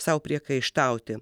sau priekaištauti